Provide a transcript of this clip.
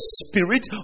spirit